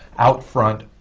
out front,